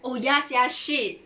oh ya sia shit